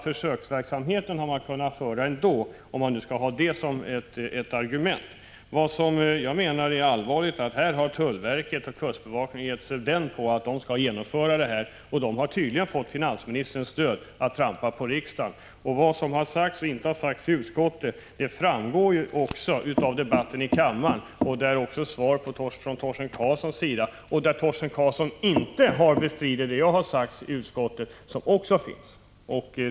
Försöksverksamhet —- om man tar det som ett argument — har man alltså kunnat genomföra ändå. Vad som enligt min mening är allvarligt är att tullverket och kustbevakningen gett sig den på att genomföra detta. De har tyligen fått finansministerns stöd att trampa på riksdagen. Vad som har sagts och inte sagts i utskottet framgår också av protokollet från debatten i kammaren, där Torsten Karlsson inte bestred det som jag hade sagt i utskottet.